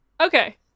Okay